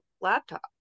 laptop